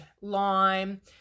lime